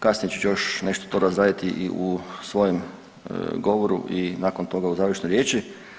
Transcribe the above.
Kasnije ću još nešto to razraditi i u svojem govoru i nakon toga u završnoj riječi.